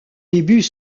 débuts